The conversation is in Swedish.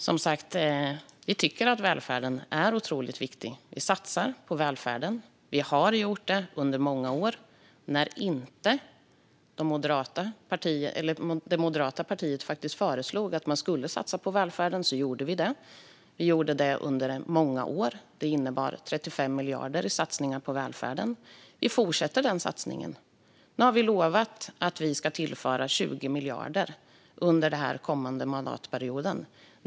Herr talman! Som sagt tycker vi att välfärden är otroligt viktig. Vi satsar på välfärden. Vi har gjort det under många år. När det moderata partiet inte föreslog att man skulle satsa på välfärden gjorde vi det. Vi gjorde det under många år, och det innebar 35 miljarder i satsningar på välfärden. Vi fortsätter denna satsning. Nu har vi lovat att vi ska tillföra 20 miljarder under den kommande mandatperioden.